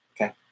okay